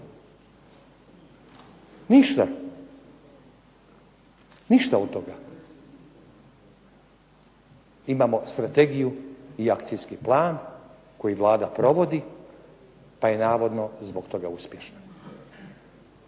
Ništa, ništa od toga. Imamo strategiju i akcijski plan koji Vlada provodi pa je navodno zbog toga uspješna.